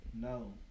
No